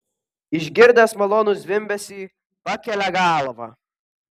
išgirdęs malonų zvimbesį pakelia galvą